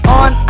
on